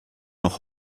noch